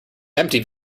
empty